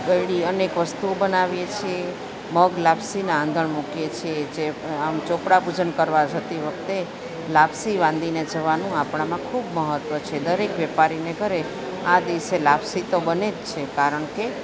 ગળી અનેક વસ્તુઓ બનાવીએ છીએ મગ લાપસીના આંધણ મૂકીએ છીએ જે આમ ચોપડા પૂજન કરવા જતી વખતે લાપસી વાંદિને જવાનું આપળામાં ખૂબ મહત્ત્વ છે દરેક વેપારીને ઘરે આ દિવસે લાપસી તો બને જ છે કારણ કે